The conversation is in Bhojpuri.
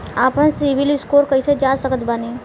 आपन सीबील स्कोर कैसे जांच सकत बानी?